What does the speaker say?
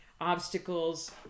obstacles